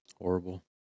Horrible